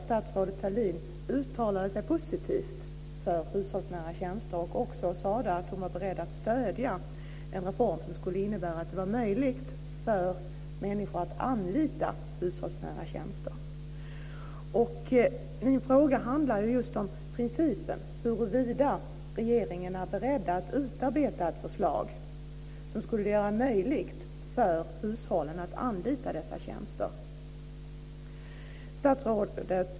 Statsrådet Sahlin uttalade sig där positivt för hushållsnära tjänster och sade att hon var beredd att stödja en reform som skulle göra det möjligt för människor att anlita hushållsnära tjänster. Min fråga handlar just om huruvida regeringen är beredd att utarbeta ett förslag som skulle göra det möjligt för hushållen att anlita dessa tjänster.